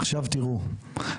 עכשיו תראו,